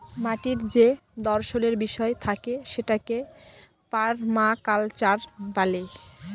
মাটির যে দর্শলের বিষয় থাকে সেটাকে পারমাকালচার ব্যলে